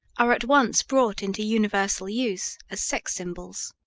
are at once brought into universal use as sex symbols.